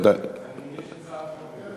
יש לי הצעת חוק,